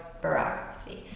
bureaucracy